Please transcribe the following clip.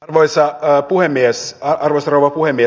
arvoisa rouva puhemies